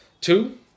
two